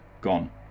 gone